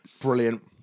brilliant